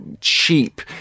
cheap